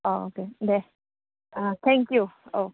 अह दे दे थेंकिउ औ